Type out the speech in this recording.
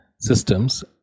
systems